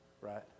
Right